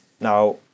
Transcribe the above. Now